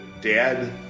Dad